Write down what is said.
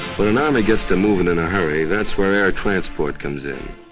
but an army gets to moving in a hurry, that's where air transport comes in.